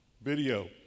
video